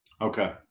Okay